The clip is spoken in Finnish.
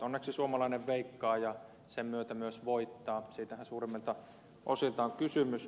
onneksi suomalainen veikkaaja sen myötä myös voittaa siitähän suurimmalta osalta on kysymys